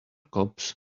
cobs